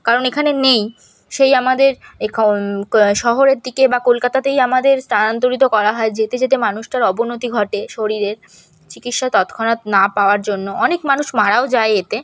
কারণ এখানে নেই সেই আমাদের এ শহরের দিকে বা কলকাতাতেই আমাদের স্থানান্তরিত করা হয় যেতে যেতে মানুষটার অবনতি ঘটে শরীরের চিকিৎসা তৎক্ষণাৎ না পাওয়ার জন্য অনেক মানুষ মারাও যায় এতে